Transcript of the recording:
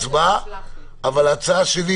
לעבור להצבעה, אבל ההצעה שלי